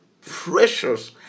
precious